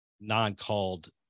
non-called